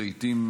שלעיתים,